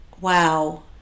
Wow